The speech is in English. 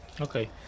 Okay